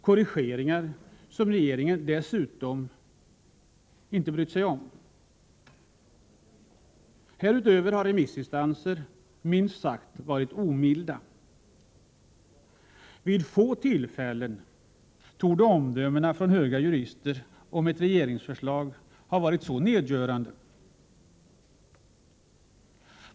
Korrigeringarna har regeringen inte brytt sig om. Därutöver har remissinstanserna varit minst sagt omilda. Vid få tillfällen torde omdömena från höga jurister om ett regeringsförslag ha varit så nedgörande.